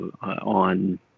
on